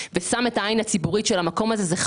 שאתם בוחנים את הסוגיה הזאת.